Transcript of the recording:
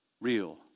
Real